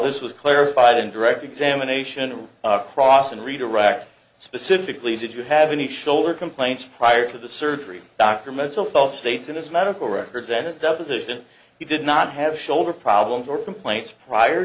this was clarified in direct examination and cross and redirect specifically did you have any shoulder complaints prior to the surgery dr mosel felt states in his medical records at his deposition he did not have shoulder problems or complaints prior